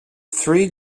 three